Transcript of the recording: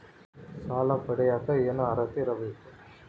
ಸಾಲ ಪಡಿಯಕ ಏನು ಅರ್ಹತೆ ಇರಬೇಕು?